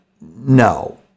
No